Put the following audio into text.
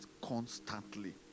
constantly